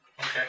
Okay